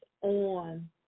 on